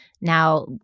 Now